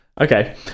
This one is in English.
Okay